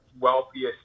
wealthiest